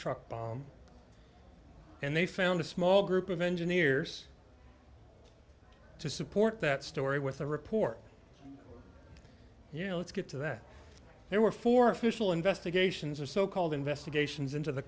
truck bomb and they found a small group of engineers to support that story with a report you know let's get to that there were four official investigations of so called investigations into the